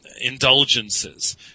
indulgences